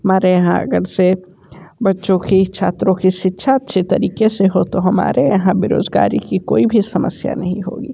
हमारे यहाँ अगर से बच्चों की छात्रों की शिक्षा अच्छे तरीके से हो तो हमारे यहाँ बेरोजगारी की कोई भी समस्या नहीं होगी